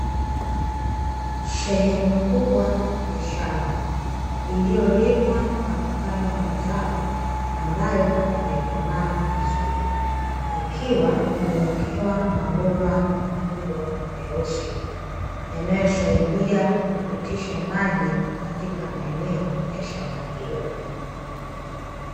Sehemu kubwa ya shamba, iliyolimwa na kupandwa mazao ambayo hayajakomaa vizuri, ikiwa imewekewa mabomba makubwa meusi, yanayosaidia kupitisha maji katika maeneo ya shamba hilo.